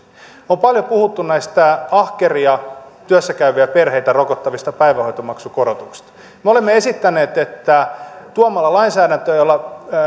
on paljon puhuttu näistä ahkeria työssä käyviä perheitä rokottavista päivähoitomaksukorotuksista me olemme esittäneet että tuomalla lainsäädäntöä jolla